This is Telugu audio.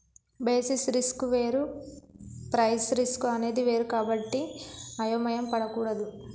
బేసిస్ రిస్క్ వేరు ప్రైస్ రిస్క్ అనేది వేరు కాబట్టి అయోమయం పడకూడదు